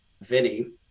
Vinny